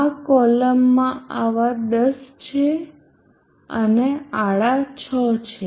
આ કોલમમાં આવા 10 છે અને આડા 6 છે